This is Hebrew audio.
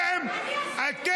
אני אסביר לך.